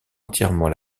entièrement